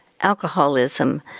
alcoholism